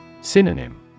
Synonym